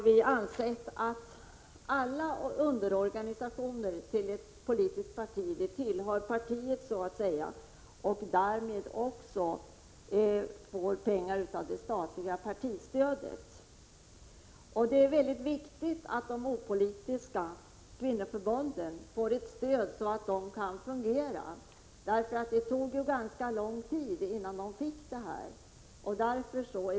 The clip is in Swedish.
Vi anser att alla underorganisationer till ett politisktparti tillhör partiet, och därmed skall de också få pengar via det statliga partistödet. Det är mycket viktigt att de opolitiska kvinnoförbunden får ett stöd, så att de kan fungera. Det tog ganska lång tid innan det blev möjligt för dem att få del av det aktuella stödet.